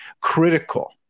critical